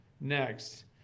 next